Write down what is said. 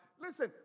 Listen